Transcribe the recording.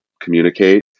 communicate